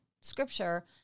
scripture